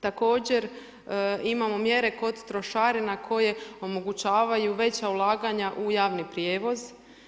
Također imamo mjere kod trošarina, koje omogućavaju veća ulaganja u javni prijevoz.